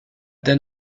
then